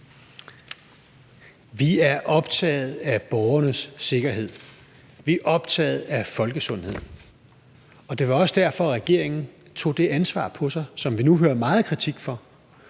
Vi er optaget af borgernes sikkerhed. Vi er optaget af folkesundheden. Det var også derfor, at regeringen tog det ansvar på sig, som vi nu hører meget kritik for,